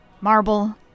marble